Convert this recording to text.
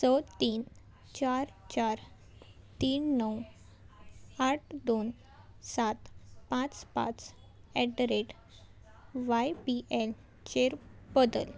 स तीन चार चार तीन णव आठ दोन सात पांच पांच at the rate Y B L चेर बदल